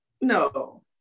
No